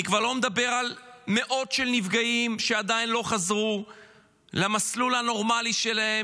אני כבר לא מדבר על מאות של נפגעים שעדיין לא חזרו למסלול הנורמלי שלהם,